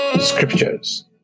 Scriptures